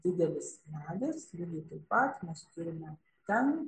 didelis medis lygiai taip pat mes turime ten